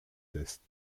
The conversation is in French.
tests